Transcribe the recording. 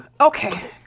Okay